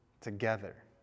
together